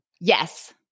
Yes